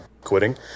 quitting